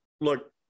look